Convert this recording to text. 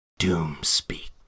Doomspeak